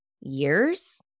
years